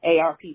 ARP